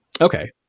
Okay